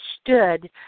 stood